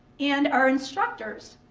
and our instructors.